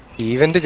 even